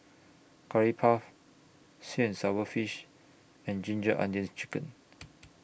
Curry Puff Sweet and Sour Fish and Ginger Onions Chicken